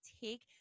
take